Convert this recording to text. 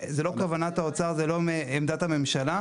זו לא כוונת האוצר ולא כוונת הממשלה.